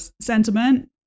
sentiment